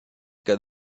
got